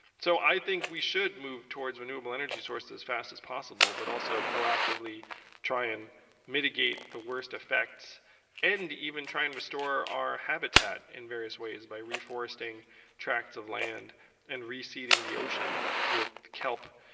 so i think we should move towards renewable energy sources as fast as possible but, also, proactively try and mitigate the worst effects and even try and restore our habitat in various ways by reforesting tracts of land and reseeding the ocean with kelp,